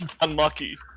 unlucky